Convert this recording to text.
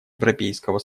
европейского